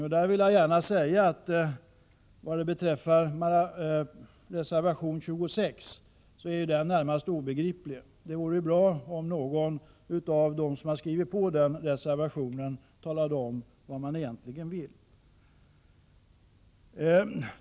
Härvidlag skulle jag gärna vilja säga att reservation 26 närmast är obegriplig. Det vore bra om någon av dem som har skrivit på reservationen talade om vad som egentligen menas.